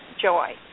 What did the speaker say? joy